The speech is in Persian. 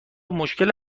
مشکل